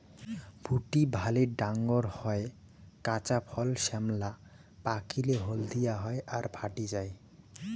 ফুটি ভালে ডাঙর হয়, কাঁচা ফল শ্যামলা, পাকিলে হলদিয়া হয় আর ফাটি যায়